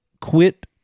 quit